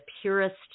purest